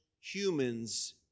humans